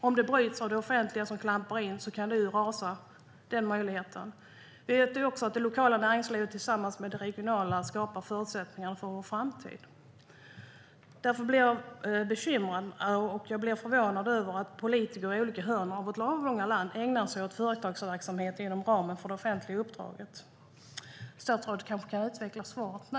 Om det bryts av att det offentliga klampar in kan hela den möjligheten rasa. Vi vet också att det är det lokala näringslivet tillsammans med det regionala som skapar förutsättningar för vår framtid. Därför blir jag bekymrad och förvånad över att politiker i olika hörn av vårt avlånga land ägnar sig åt företagsamhet inom ramen för det offentliga uppdraget. Statsrådet kanske kan utveckla svaret nu.